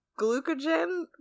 glucogen